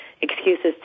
excuses